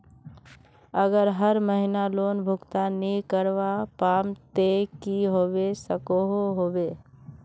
अगर हर महीना लोन भुगतान नी करवा पाम ते की होबे सकोहो होबे?